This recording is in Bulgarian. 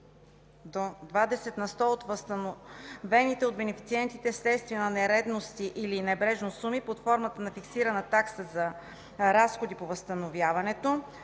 на сто от възстановените от бенефициентите вследствие на нередности или небрежност суми под формата на фиксирана такса за разходи по възстановяването;”.